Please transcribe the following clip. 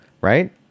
right